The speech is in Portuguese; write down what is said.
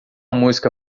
música